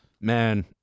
man